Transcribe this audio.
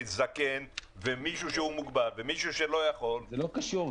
וזקן ומישהו שהוא מוגבל ומישהו שלא יכול --- זה לא קשור,